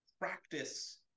practice